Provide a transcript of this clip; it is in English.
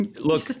look